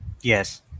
Yes